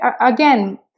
again